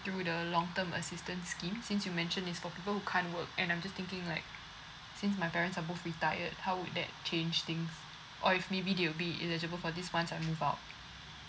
through the long term assistance scheme since you mentioned it's for people who can't work and I'm just thinking like since my parents are both retired how would that change things or if maybe they will be eligible for this once I move out